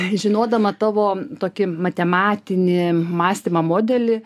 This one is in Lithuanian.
žinodama tavo tokį matematinį mąstymą modelį